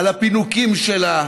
על הפינוקים שלה,